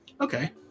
okay